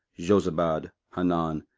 jozabad, hanan,